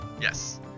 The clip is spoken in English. Yes